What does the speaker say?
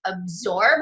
absorb